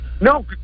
No